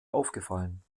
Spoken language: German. aufgefallen